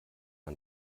man